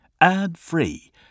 ad-free